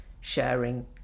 sharing